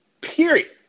Period